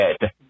dead